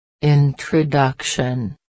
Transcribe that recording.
Introduction